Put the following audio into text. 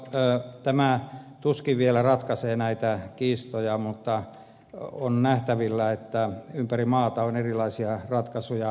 tämä tuskin vielä ratkaisee näitä kiistoja mutta on nähtävillä että ympäri maata on erilaisia ratkaisuja etsitty